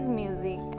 music